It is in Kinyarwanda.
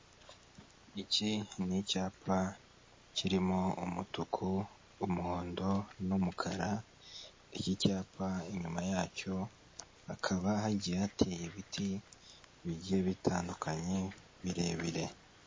Iki ni icyapa kirimo umutuku, umuhondo, n'umukara iki cyapa inyuma yacyo hakaba hagira hati ibiti bijyiye bitandukanye birebire.